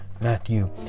Matthew